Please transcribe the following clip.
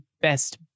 best